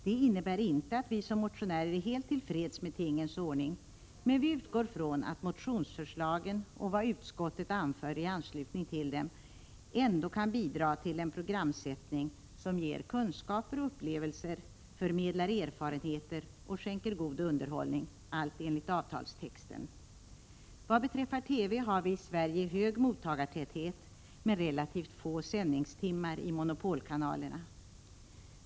Det innebär inte att vi som motionärer är helt till freds med tingens ordning, men vi utgår från att motionsförslagen och vad utskottet anför i anslutning till dem ändå kan bidra till en programsättning som ger kunskaper och upplevelser, förmedlar erfarenheter och skänker god underhållning, allt enligt avtalstexten. TV har i Sverige hög mottagartäthet men relativt få sändningstimmar i monopolkanalerna.